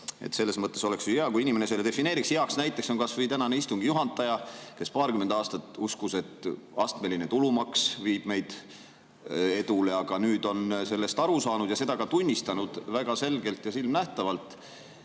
Selles mõttes oleks ju hea, kui inimene selle defineeriks. Heaks näiteks on kas või tänane istungi juhataja, kes paarkümmend aastat uskus, et astmeline tulumaks viib meid edule, aga nüüd on selle [ekslikkusest] aru saanud, seda ka tunnistanud väga selgelt ja silmnähtavalt.